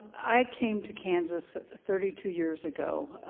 i came to kansas thirty two years ago.